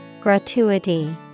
Gratuity